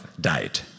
died